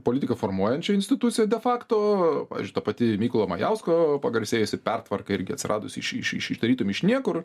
politiką formuojančia institucija de facto pavyzdžiui ta pati mykolo majausko pagarsėjusi pertvarka irgi atsiradusi iš iš iš tarytum iš niekur